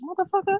motherfucker